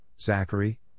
Zachary